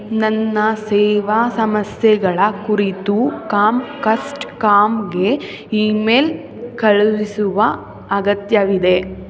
ನನ್ನ ಸೇವಾ ಸಮಸ್ಯೆಗಳ ಕುರಿತು ಕಾಮ್ಕಸ್ಟ್ಕಾಮ್ಗೆ ಇಮೇಲ್ ಕಳುಹಿಸುವ ಅಗತ್ಯವಿದೆ